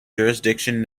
jurisdiction